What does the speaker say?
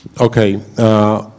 Okay